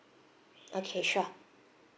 okay sure